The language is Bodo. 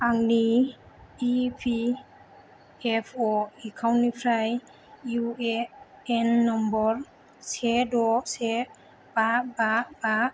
आंनि इ पि एफ अ' एकाउन्टनिफ्राय इउ ए एन नम्बर से द' से बा बा बा